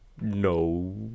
no